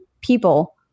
people